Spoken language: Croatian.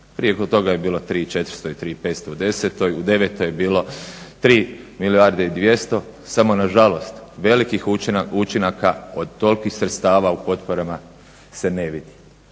prije toga je bilo 3 i 400, 3 i 500 u 2010., u 2009. je bilo 3 milijarde i 200, samo nažalost velikih učinaka od tolikih sredstava u potporama se ne vidi.